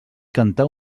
cantar